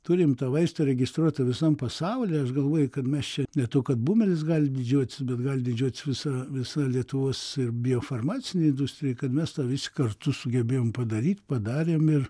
turim to vaisto registruoto visam pasauly aš galvoju kad mes čia ne to kad bumelis gali didžiuotis bet gali didžiuotis visa visa lietuvos ir biofarmacinė industrija kad mes visi kartu sugebėjom padaryt padarėm ir